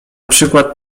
przykład